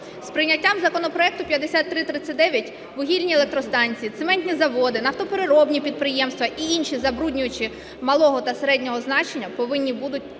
З прийняттям законопроекту 5339 вугільні електростанції, цементні заводи, нафтопереробні підприємства і інші забруднюючі малого та середнього значення повинні будуть